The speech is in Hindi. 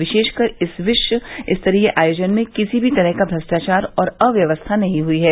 विशेषकर इस विश्व स्तरीय आयोजन में किसी भी तरह का भ्रष्टाचार और अव्यवस्था नहीं हुई है